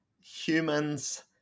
humans